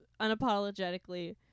unapologetically